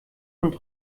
und